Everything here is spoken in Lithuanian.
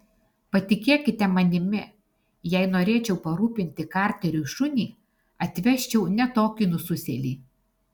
patikėkite manimi jei norėčiau parūpinti karteriui šunį atvesčiau ne tokį nususėlį